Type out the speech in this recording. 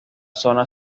zona